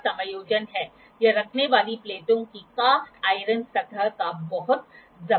तो यह 1° 3° 9° 27°और 41° है हम 33° उत्पन्न करने वाले हैं